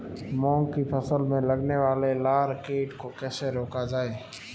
मूंग की फसल में लगने वाले लार कीट को कैसे रोका जाए?